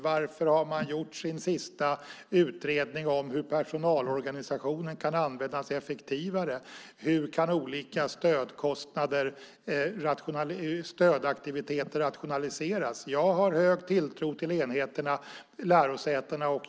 Varför har man gjort sin sista utredning om hur personalorganisationen kan användas effektivare och hur olika stödaktiviteter kan rationaliseras? Jag har stor tilltro till enheterna - lärosätena.